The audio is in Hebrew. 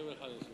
חברי חברי הכנסת,